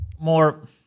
more